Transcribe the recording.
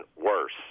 worse